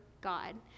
God